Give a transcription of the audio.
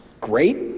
Great